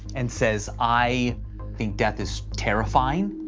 and says, i think death is terrifying.